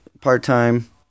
part-time